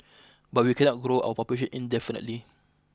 but we cannot grow our population indefinitely